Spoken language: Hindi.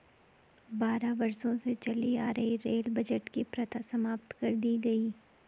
बारह वर्षों से चली आ रही रेल बजट की प्रथा समाप्त कर दी गयी